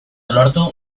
lortu